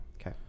Okay